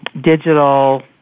digital